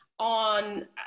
on